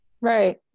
Right